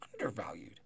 undervalued